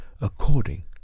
according